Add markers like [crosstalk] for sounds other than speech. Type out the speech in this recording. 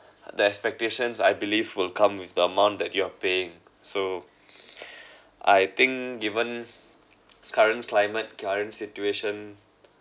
that expectations I believe will come with the amount that you are paying so [breath] I think given current climate current situation